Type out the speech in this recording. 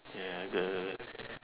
ya good